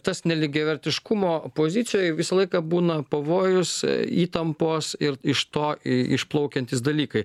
tas nelygiavertiškumo pozicijoj visą laiką būna pavojus įtampos ir iš to i išplaukiantys dalykai